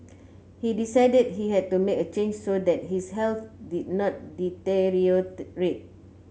he decided he had to make a change so that his health did not deteriorate